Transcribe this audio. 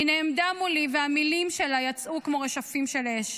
היא נעמדה מולי והמילים שלה יצאו כמו רשפים של אש.